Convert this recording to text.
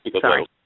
sorry